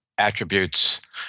attributes